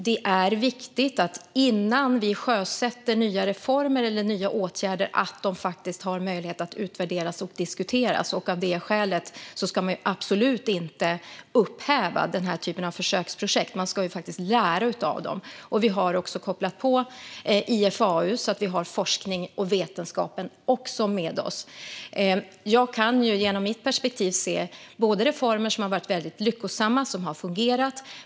Det är viktigt att innan vi sjösätter nya reformer eller åtgärder att vi har möjlighet att utvärdera och diskutera dem. Av det skälet ska man absolut inte upphäva den här typen av försöksprojekt. Man ska lära av dem. Vi har kopplat på IFAU så att vi också har forskningen och vetenskapen med oss. Jag kan genom mitt perspektiv se reformer som har varit väldigt lyckosamma och fungerat.